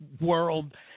world